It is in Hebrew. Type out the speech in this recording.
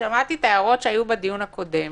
שמעתי את ההערות שהיו בדיון הקודם